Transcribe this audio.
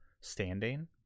standing